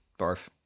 Barf